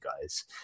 guys